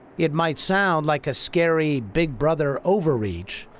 it might sound like a scary big brother overreach,